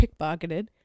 pickpocketed